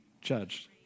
judged